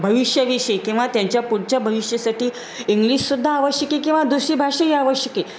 भविष्याविषयी किंवा त्यांच्या पुढच्या भविष्यासाठी इंग्लिशसुद्धा आवश्यक आहे किंवा दुसरी भाषाही आवश्यक आहे